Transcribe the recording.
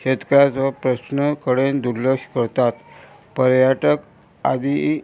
शेतकऱ्याचो प्रस्न कडेन दुर्लश करतात पर्यटक आदी